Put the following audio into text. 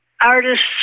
artists